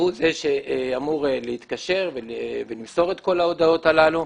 הוא זה שאמור להתקשר ולמסור את כל ההודעות הללו.